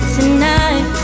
Tonight